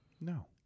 No